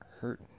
hurt